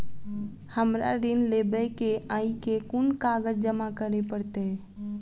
हमरा ऋण लेबै केँ अई केँ कुन कागज जमा करे पड़तै?